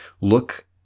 look